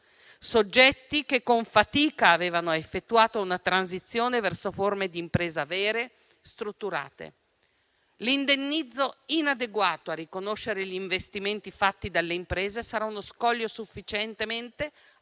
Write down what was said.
soggetti che con fatica avevano effettuato una transizione verso forme di impresa vere e strutturate. L'indennizzo inadeguato a riconoscere gli investimenti fatti dalle imprese sarà uno scoglio sufficientemente